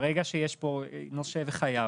ברגע שיש פה נושה וחייב,